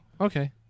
okay